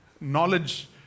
knowledge